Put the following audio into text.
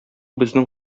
безнең